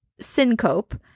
syncope